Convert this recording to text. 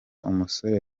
umusore